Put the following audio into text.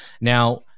Now